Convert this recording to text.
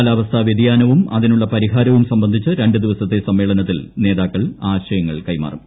കാലാവസ്ഥാ വൃതിയാനവും അതിനുളള പരിഹാരവും സംബന്ധിച്ച് രണ്ട് ദിവസത്തെ സമ്മേളനത്തിൽ നേതാക്കൾ ആശയങ്ങൾ കൈമാറും